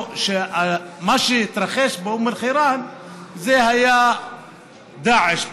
שמה שהתרחש באום אל-חיראן זה היה דאעש.